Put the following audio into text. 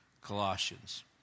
Colossians